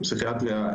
בפסיכיאטריה,